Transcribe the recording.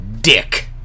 dick